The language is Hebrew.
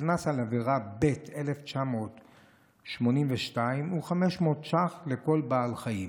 הקנס על עבירה ב/1982 הוא 500 ש"ח לכל בעל חיים,